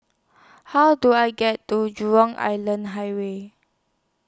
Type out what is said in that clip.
How Do I get to Jurong Island Highway